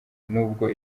nubwo